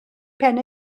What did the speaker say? pen